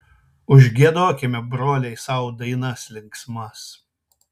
užgiedokime broliai sau dainas linksmas